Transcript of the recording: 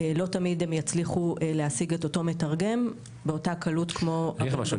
לא תמיד הם יצליחו להשיג את אותו מתרגם באותה קלות כמו --- יש משהו,